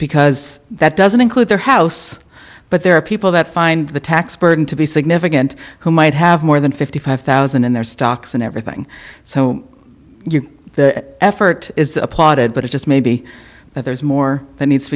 because that doesn't include the house but there are people that find the tax burden to be significant who might have more than fifty five thousand in their stocks and everything so you that effort is applauded but it just may be that there's more that needs to